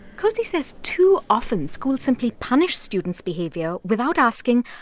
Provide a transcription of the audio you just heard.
cosey says, too often, schools simply punish students' behavior without asking,